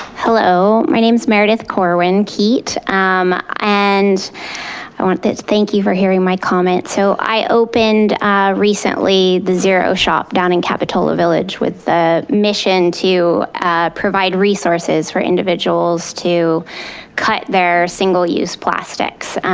hello my name is meredith corwin-keet um and i wanted to thank you for hearing my comments. so i opened recently the zero shop down in capitola village with the mission to provide resources for individuals to cut their single-use plastics.